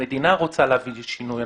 המדינה רוצה להוביל לשינוי.